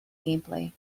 gameplay